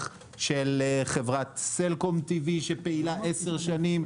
של חברת סלקום T.V שפעילה 10 שנים,